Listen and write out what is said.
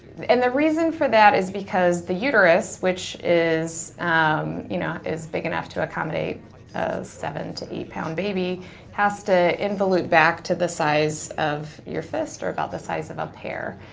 and the reason for that is because the uterus, which is um you know is big enough to accommodate a seven to eight pound baby has to involute back to the size of your fist or about the side of a pear.